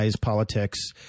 politics